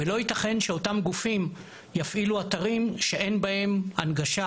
ולא ייתכן שאותם גופים יפעילו אתרים שאין בהם הנגשה,